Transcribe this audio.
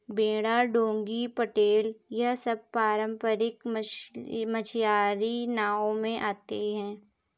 बेड़ा डोंगी पटेल यह सब पारम्परिक मछियारी नाव में आती हैं